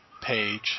page